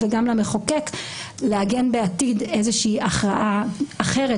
וגם למחוקק לעגן בעתיד איזושהי הכרעה אחרת,